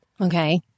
Okay